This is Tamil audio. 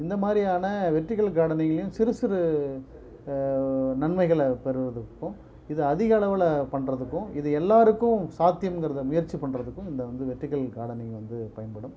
இந்த மாதிரியான வெர்டிகள் கார்டனிங்லயும் சிறு சிறு நன்மைகளை பெறுவதற்கும் இது அதிக அளவில் பண்ணுறதுக்கும் இது எல்லாருக்கும் சாத்தியம்ங்கிறத முயற்சி பண்ணுறதுக்கும் இந்த வந்து வெர்டிகள் கார்டனிங் வந்து பயன்படும்